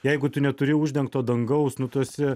jeigu tu neturi uždengto dangaus nu tu esi